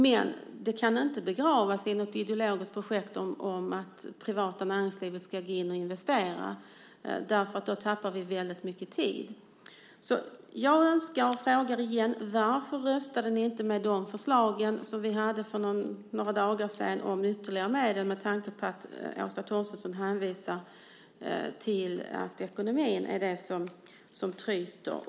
Men det kan inte begravas i något ideologiskt projekt om att det privata näringslivet ska gå in och investera. Då tappar vi väldigt mycket tid. Jag frågar igen: Varför röstade ni inte med de förslag som vi hade för några dagar sedan om ytterligare medel med tanke på att Åsa Torstensson hänvisar till att ekonomin är det som tryter?